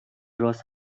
رآس